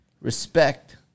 Respect